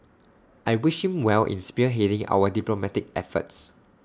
I wish him well in spearheading our diplomatic efforts